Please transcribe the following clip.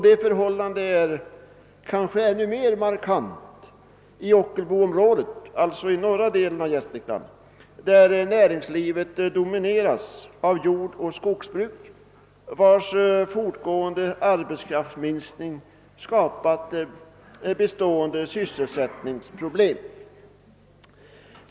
Detta förhållande är kanske ännu mer markant i Ockelbo, alltså i norra delen av Gästrikland, där näringslivet domineras av jordoch skogsbruk, inom vilket den fortgående arbetskraftsminskningen skapat bestående sysselsättningsproblem.